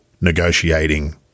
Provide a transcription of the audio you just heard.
negotiating